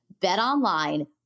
BetOnline